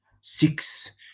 Six